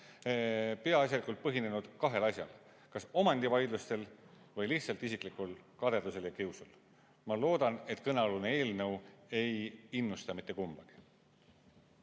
Peaasjalikult on need põhinenud kahel asjal: kas omandivaidlustel või lihtsalt isiklikul kadedusel ja kiusul. Ma loodan, et kõnealune eelnõu ei innusta mitte kumbagi.